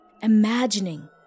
Imagining